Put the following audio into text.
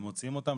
הם מוציאים אותם.